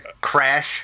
crash